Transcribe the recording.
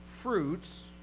fruits